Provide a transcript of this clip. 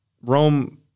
Rome